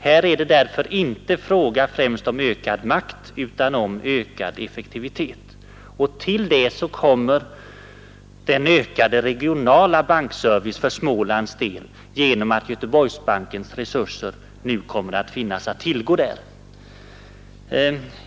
Här är det därför inte fråga främst om ökad makt utan om ökad effektivitet. Till det kommer en ökad regional bankservice för Smålands del genom att Göteborgsbankens resurser nu kommer att finnas att tillgå mer omfattande där.